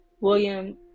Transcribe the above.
William